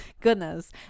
Goodness